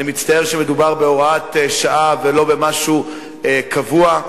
אני מצטער שמדובר בהוראת שעה ולא במשהו קבוע.